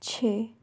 छः